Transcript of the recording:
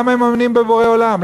למה הם מאמינים בבורא עולם?